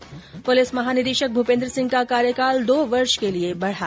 ्प पुलिस महानिदेशक भूपेन्द्र सिंह का कार्यकाल दो वर्ष के लिए बढ़ा